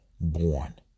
born